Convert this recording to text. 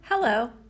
Hello